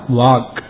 walk